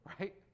Right